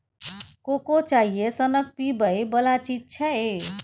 cocoa चाइए सनक पीबै बला चीज छै